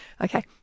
Okay